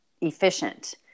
efficient